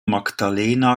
magdalena